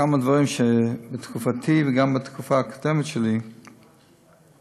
כמה דברים שבתקופתי וגם בתקופה הקודמת שלי תיקנתי.